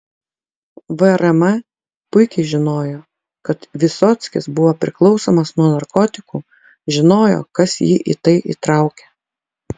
vrm puikiai žinojo kad vysockis buvo priklausomas nuo narkotikų žinojo kas jį į tai įtraukė